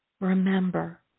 remember